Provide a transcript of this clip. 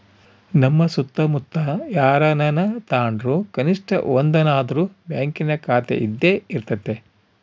ನಮ್ಮ ಸುತ್ತಮುತ್ತ ಯಾರನನ ತಾಂಡ್ರು ಕನಿಷ್ಟ ಒಂದನಾದ್ರು ಬ್ಯಾಂಕಿನ ಖಾತೆಯಿದ್ದೇ ಇರರ್ತತೆ